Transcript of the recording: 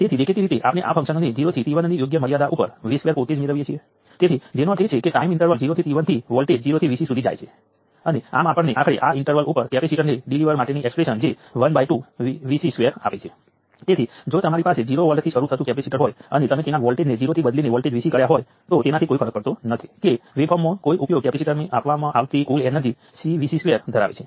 તેથી તે એકદમ સ્પષ્ટ છે કે 1 મિલિએમ્પ 5 કિલો ઓહ્મ રઝિસ્ટરમાંથી વહે છે